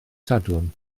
sadwrn